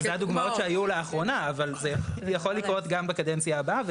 אלו הדוגמאות שהיו לאחרונה אבל זה יכול לקרות גם בקדנציה הבאה.